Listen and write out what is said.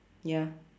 ya